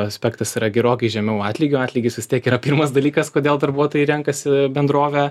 aspektas yra gerokai žemiau atlygio atlygis vis tiek yra pirmas dalykas kodėl darbuotojai renkasi bendrovę